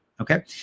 Okay